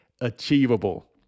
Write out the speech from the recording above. achievable